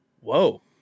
whoa